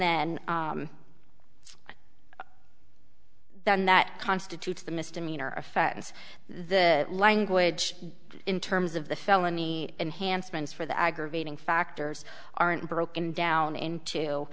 then the one that constitutes the misdemeanor offense the language in terms of the felony enhancements for the aggravating factors aren't broken down